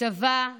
הצבא האדום.